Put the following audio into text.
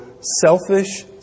selfish